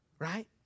Right